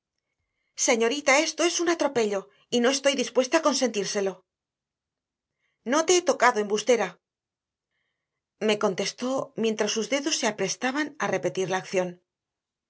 señorita esto es un atropello y no estoy dispuesta a consentírselo no te he tocado embustera me contestó mientras sus dedos se aprestaban a repetir la acción